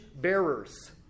bearers